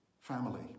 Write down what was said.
family